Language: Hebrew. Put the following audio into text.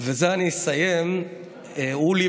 אבל איך אני לא אסגור אם אנשים לא עושים דברים